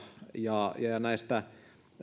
ja